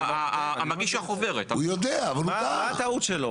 מה, הוא לא יודע על מה הוא חותם?